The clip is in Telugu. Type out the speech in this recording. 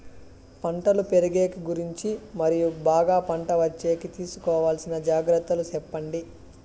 పంటలు పెరిగేకి గురించి మరియు బాగా పంట వచ్చేకి తీసుకోవాల్సిన జాగ్రత్త లు సెప్పండి?